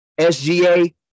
SGA